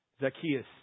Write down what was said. Zacchaeus